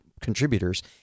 contributors